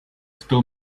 still